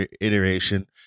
iteration